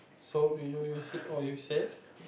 so do you use it or you sell